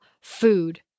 food